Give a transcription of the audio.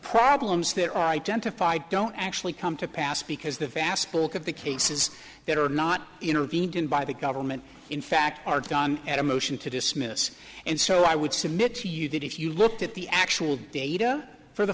problems they're identified don't actually come to pass because the vast bulk of the cases that are not intervened in by the government in fact are done at a motion to dismiss and so i would submit to you that if you looked at the actual data for the